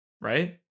right